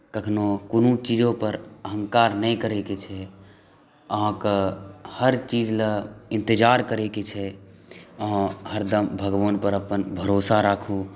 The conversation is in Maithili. कखनो कोनो चीजोपर अहँकार नहि करैके छै अहाँके हर चीजलए इन्तजार करैके छै अहाँ हरदम भगवानपर अपन भरोसा राखू